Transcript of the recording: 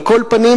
על כל פנים,